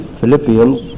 Philippians